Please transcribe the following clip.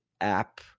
app